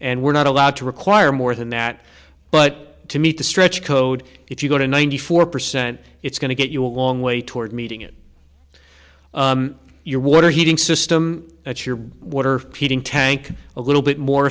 and we're not allowed to require more than that but to meet the stretch code if you go to ninety four percent it's going to get you a long way toward meeting in your water heating system at your water tank a little bit more